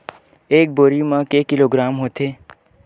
एक बोरी म के किलोग्राम होथे?